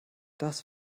das